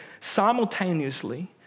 simultaneously